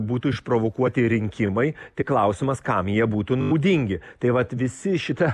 būtų išprovokuoti rinkimai tai klausimas kam jie būtų naudingi tai vat visi šitą